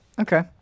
Okay